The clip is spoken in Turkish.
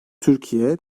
türkiye